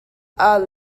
are